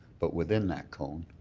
but within that cone,